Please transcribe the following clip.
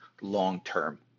long-term